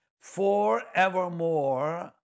forevermore